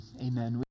amen